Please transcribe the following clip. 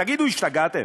תגידו, השתגעתם?